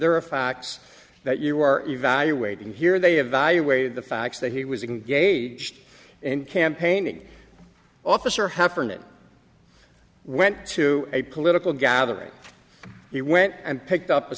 there are facts that you are evaluating here they evaluated the facts that he was engaged and campaigning officer heffernan went to a political gathering he went and picked up a